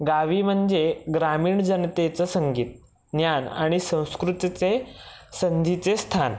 गावी म्हणजे ग्रामीण जनतेचं संगीत ज्ञान आणि संस्कृतीचे संधीचे स्थान